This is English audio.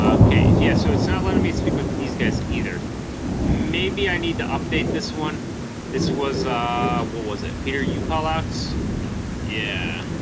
um okay yes so it's not letting me speak with these guys either maybe i need to update this one this was ah what was it peter you call outs yeah